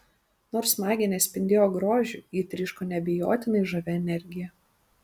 nors magė nespindėjo grožiu ji tryško neabejotinai žavia energija